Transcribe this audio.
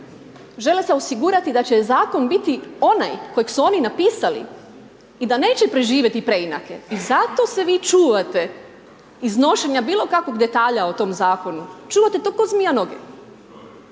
žele se osigurati da će Zakon biti onaj kojeg su oni napisali i da neće preživjeti preinake i zato se vi čuvate iznošenja bilo kakvog detalja o tom Zakonu, čuvate to ko zmija noge.